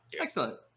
Excellent